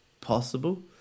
possible